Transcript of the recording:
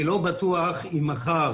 אני לא בטוח אם מחר